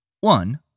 One